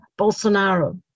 Bolsonaro